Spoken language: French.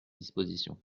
dispositions